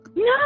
No